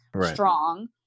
strong